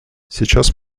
сейчас